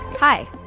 Hi